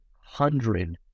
hundred